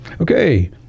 Okay